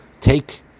take